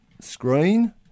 screen